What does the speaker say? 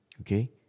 Okay